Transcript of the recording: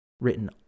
written